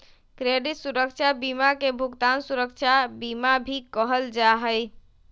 credit सुरक्षा बीमा के भुगतान सुरक्षा बीमा भी कहल जा हई